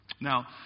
Now